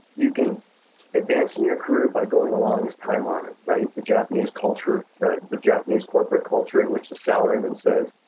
you can advance in your career by going along as time honored, right the japanese culture, the the japanese corporate culture in which the salaryman says,